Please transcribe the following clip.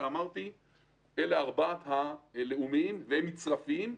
ארבעת התרחישי הייחוס הלאומיים הם מצרפיים,